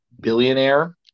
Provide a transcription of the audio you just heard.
billionaire